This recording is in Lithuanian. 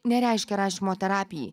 nereiškia rašymo terapijai